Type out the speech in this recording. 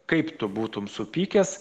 kaip tu būtum supykęs